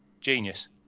genius